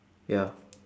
ya